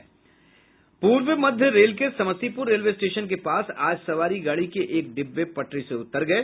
पूर्व मध्य रेल के समस्तीपूर रेलवे स्टेशन के पास आज सवारी गाड़ी के एक डिब्बे पटरी से उतर गई